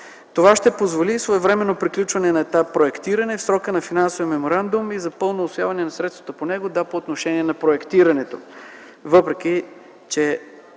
Това ще позволи своевременно приключване на етапа проектиране в срока на финансовия меморандум и пълното усвояване на средствата по него по отношение на проектирането.